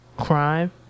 crime